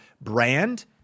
brand